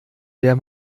der